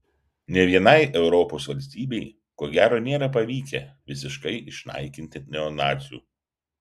nė vienai europos valstybei ko gero nėra pavykę visiškai išnaikinti neonacių